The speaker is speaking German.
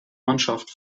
mannschaft